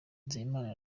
nzeyimana